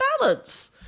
balance